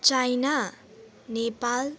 China Nepal